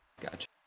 Gotcha